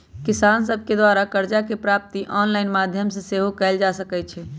किसान सभके द्वारा करजा के प्राप्ति ऑनलाइन माध्यमो से सेहो कएल जा सकइ छै